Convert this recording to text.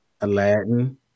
Aladdin